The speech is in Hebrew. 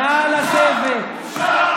בושה.